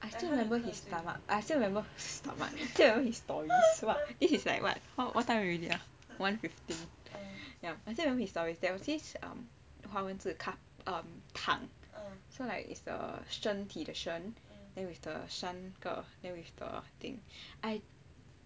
I still remember his stomach I still remember his stories what this is like what what what time already ah one fifty ya I still remmeber his story there was this um 华文字躺 so like this is the 身体的身 then with the 三个 then with the thing